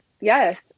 yes